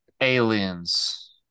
Aliens